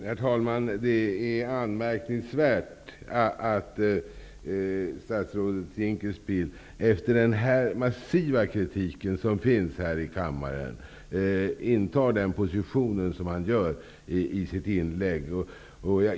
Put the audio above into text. Herr talman! Det är anmärkningsvärt att statsrådet Dinkelspiel intar den position som han gör i sitt inlägg, efter den massiva kritik som finns här i kammaren.